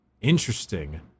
Interesting